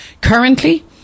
currently